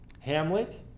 Hamlet